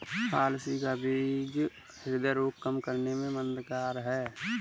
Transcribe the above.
अलसी का बीज ह्रदय रोग कम करने में मददगार है